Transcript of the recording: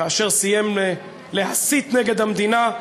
כאשר סיים להסית נגד המדינה,